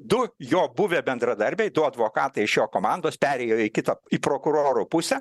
du jo buvę bendradarbiai du advokatai iš jo komandos perėjo į kito prokuroro pusę